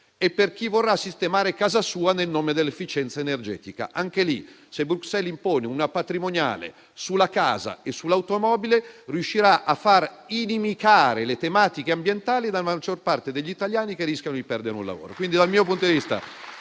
e per chi vorrà sistemare casa sua nel nome dell'efficienza energetica. Anche in quel caso, se Bruxelles impone una patrimoniale sulla casa e sull'automobile riuscirà a far inimicare le tematiche ambientali alla maggior parte degli italiani che rischiano di perdere un lavoro.